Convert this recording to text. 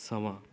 ਸਮਾਂ